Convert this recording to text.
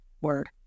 word